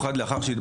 ממוסדות החינוך,